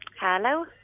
Hello